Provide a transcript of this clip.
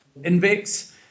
Invex